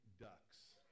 ducks